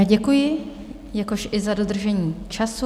Děkuji, jakož i za dodržení času.